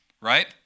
right